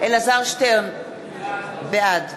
אלעזר שטרן, בעד